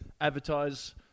advertise